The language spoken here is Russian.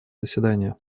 заседания